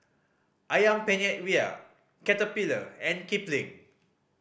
Ayam Penyet Ria Caterpillar and Kipling